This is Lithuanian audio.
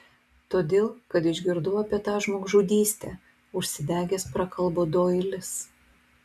todėl kad išgirdau apie tą žmogžudystę užsidegęs prakalbo doilis